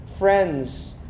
Friends